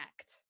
act